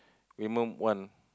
woman one